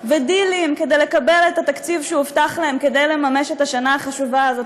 ודילים כדי לקבל את התקציב שהובטח להם כדי לממש את השנה החשובה הזאת.